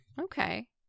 okay